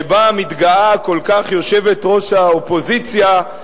שבה מתגאה כל כך יושבת-ראש האופוזיציה,